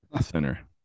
Center